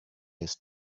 his